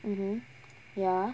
mmhmm ya